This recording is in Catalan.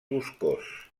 boscós